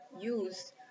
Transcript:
use